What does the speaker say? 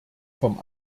vom